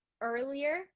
earlier